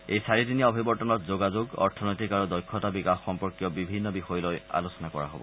এই চাৰিদিনীয়া অভিৱৰ্তনত যোগাযোগ অৰ্থনৈতিক আৰু দক্ষতা বিকাশ সম্পৰ্কীয় বিভিন্ন বিষয় লৈ আলোচনা কৰা হ'ব